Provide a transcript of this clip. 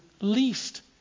least